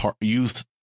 youth